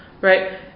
Right